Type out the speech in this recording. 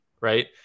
right